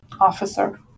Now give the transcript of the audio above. Officer